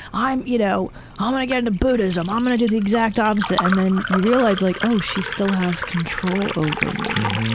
i'm you know um gonna get into buddhism. i'm um gonna do the exact opposite. and then you realize, like oh, she still has control over me.